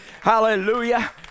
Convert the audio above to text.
Hallelujah